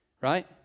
Right